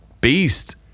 beast